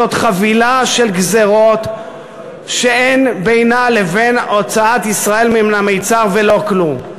זאת חבילה של גזירות שאין בינה לבין הוצאת ישראל מן המצר ולא כלום.